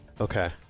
Okay